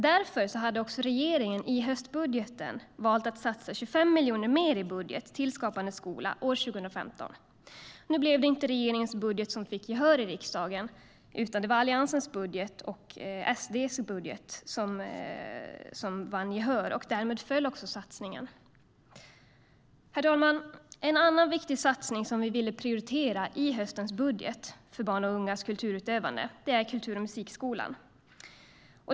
Därför hade regeringen i höstbudgeten valt att satsa 25 miljoner mer i budget till Skapande skola år 2015. Nu blev det inte regeringens budget som fick gehör i riksdagen, utan Alliansens och Sverigedemokraternas. Därmed föll satsningen. Herr talman! En annan viktig satsning som vi ville prioritera i höstens budget gällde barns och ungas kulturutövande inom ramen för musik och kulturskolan.